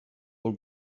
pel